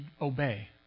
obey